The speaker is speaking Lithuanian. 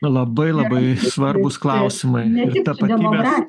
labai labai svarbūs klausimai ir tapatybės